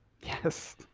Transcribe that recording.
yes